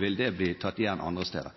vil det bli tatt igjen andre steder.